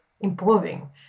improving